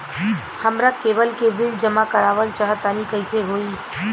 हमरा केबल के बिल जमा करावल चहा तनि कइसे होई?